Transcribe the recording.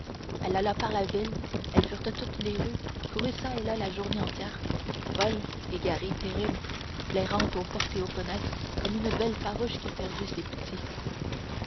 elle alla par la ville elle fureta toutes les rues courut çà et là la journée entière folle égarée terrible flairant aux portes et aux fenêtres comme une bête farouche qui a perdu ses petits